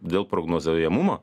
dėl prognozuojamumo